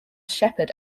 sheppard